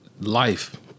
Life